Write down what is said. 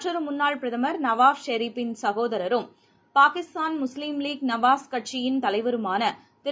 மற்றொருமுன்னாள் பிரதமர் நவாஷ் ஷெரிப்பின் சகோதரரும் பாகிஸ்தான் முஸ்லீம் லீக் நவாஸ் கட்சியின் தலைவருமானதிரு